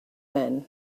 men